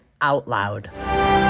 OUTLOUD